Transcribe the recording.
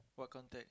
what contact